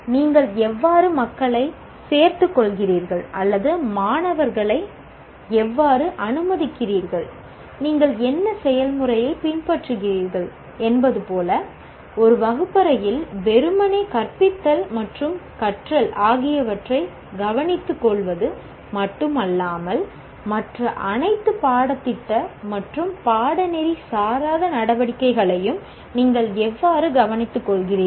நீங்கள் எவ்வாறு மக்களைச் சேர்த்துக் கொள்கிறீர்கள் அல்லது மாணவர்களை எவ்வாறு அனுமதிக்கிறீர்கள் நீங்கள் என்ன செயல்முறையைப் பின்பற்றுகிறீர்கள் என்பது போல ஒரு வகுப்பறையில் வெறுமனே கற்பித்தல் மற்றும் கற்றல் ஆகியவற்றைக் கவனித்துக்கொள்வது மட்டுமல்லாமல் மற்ற அனைத்து பாடத்திட்ட மற்றும் பாடநெறி சாராத நடவடிக்கைகளையும் நீங்கள் எவ்வாறு கவனித்துக்கொள்கிறீர்கள்